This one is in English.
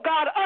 God